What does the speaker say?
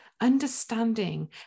understanding